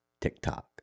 tiktok